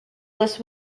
list